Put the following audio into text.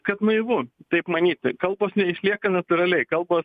kad naivu taip manyti kalbos neišlieka natūraliai kalbos